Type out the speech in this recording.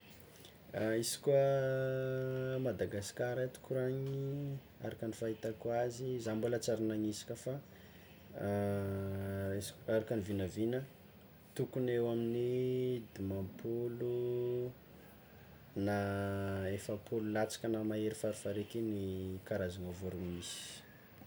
Izy koa Madagasikara ty koragnina, araka ny fahitako azy, za mbola tsy nanisa ka fa araka ny vinavina tokony eo amin'ny dimampolo na efapolo latsaka na mahery farafaharaiky igny karazagna vorogno misy.